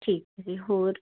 ਠੀਕ ਜੀ ਹੋਰ